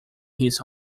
his